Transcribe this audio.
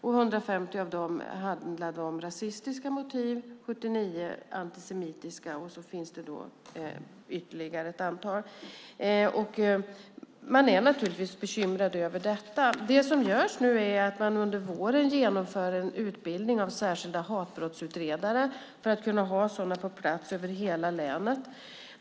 I 150 av dem var det rasistiska motiv och i 79 antisemitiska. Man är givetvis bekymrad över detta. Under våren genomför man en utbildning av särskilda hatbrottsutredare för att kunna ha sådana på plats över hela länet.